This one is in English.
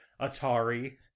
Atari